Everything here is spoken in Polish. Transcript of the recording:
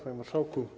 Panie Marszałku!